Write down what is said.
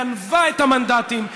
גנבה את המנדטים,